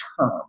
term